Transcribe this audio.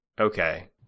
Okay